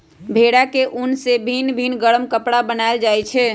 भेड़ा के उन से भिन भिन् गरम कपरा बनाएल जाइ छै